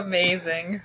Amazing